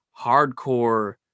hardcore